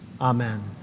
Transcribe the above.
Amen